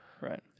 Right